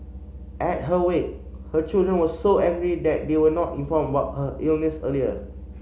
at her wake her children were so angry that they were not informed about her illness earlier